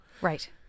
right